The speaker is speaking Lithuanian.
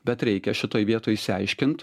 bet reikia šitoj vietoj išsiaiškint